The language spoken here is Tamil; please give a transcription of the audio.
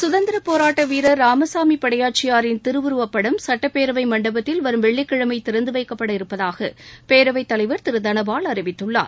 சுதந்திரப் போராட்ட வீரர் ராமசாமி படையாச்சியாரின் திருவுருவப்படம் சுட்டப் பேரவை மண்டபத்தில் வரும் வெள்ளிக்கிழமை திறந்து வைக்கப்பட இருப்பதாக பேரவைத் தலைவர் திரு ப தனபால் அறிவித்துள்ளார்